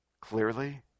Clearly